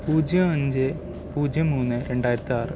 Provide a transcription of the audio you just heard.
പൂജ്യം അഞ്ച് പൂജ്യം മൂന്ന് രണ്ടായിരത്താറ്